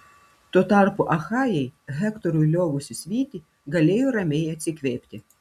tuo tarpu achajai hektorui liovusis vyti galėjo ramiai atsikvėpti